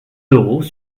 d’euros